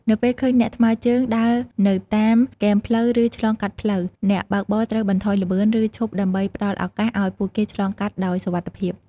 នៅពេលឃើញអ្នកថ្មើរជើងដើរនៅតាមគែមផ្លូវ ឬឆ្លងកាត់ផ្លូវ អ្នកបើកបរត្រូវបន្ថយល្បឿនឬឈប់ដើម្បីផ្តល់ឱកាសឱ្យពួកគេឆ្លងកាត់ដោយសុវត្ថិភាព។